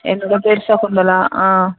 என்னோட பேர் சகுந்தலா ஆ